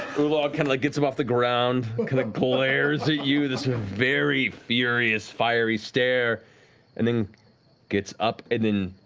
ulog like gets off the ground and kind of glares at you this you know very furious fiery stare and then gets up and then